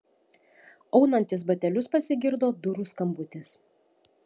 aunantis batelius pasigirdo durų skambutis